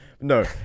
No